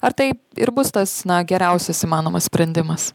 ar tai ir bus tas na geriausias įmanomas sprendimas